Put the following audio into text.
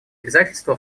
обязательства